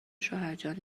شوهرجان